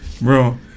Bro